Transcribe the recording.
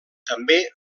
també